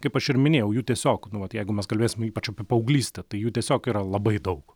kaip aš ir minėjau jų tiesiog nu vat jeigu mes kalbėsim ypač apie paauglystę tai jų tiesiog yra labai daug